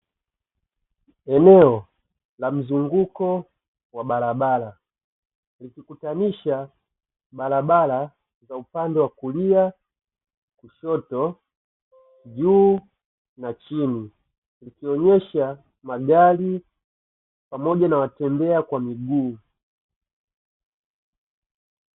Eneo la mzunguko wa barabara, likikutanisha barabara za upande wa kulia, kushoto, juu na chini likionesha magari pamoja na watembea kwa miguu.